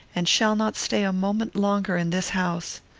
and shall not stay a moment longer in this house.